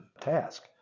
task